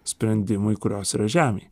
sprendimui kurios yra žemėj